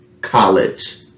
College